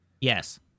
yes